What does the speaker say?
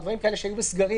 או דברים כאלה שהיו בסגרים,